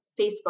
Facebook